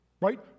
right